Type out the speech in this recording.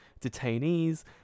detainees